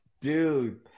dude